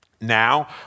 Now